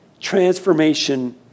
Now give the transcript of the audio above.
transformation